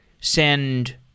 send